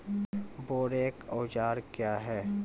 बोरेक औजार क्या हैं?